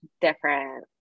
different